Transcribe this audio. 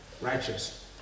righteous